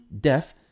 deaf